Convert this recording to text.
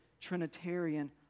Trinitarian